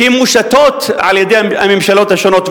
שמושתות על-ידי הממשלות השונות,